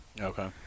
Okay